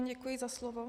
Děkuji za slovo.